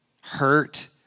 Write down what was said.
hurt